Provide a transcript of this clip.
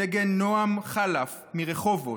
סגן נועם חלף מרחובות,